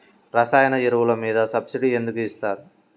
రసాయన ఎరువులు మీద సబ్సిడీ ఎందుకు ఇస్తారు?